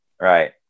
right